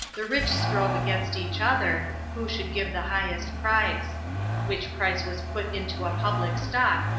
the rich strove against each other, who should give the highest price which price was put into a public stock,